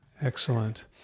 Excellent